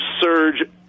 surge